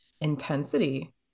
intensity